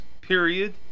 period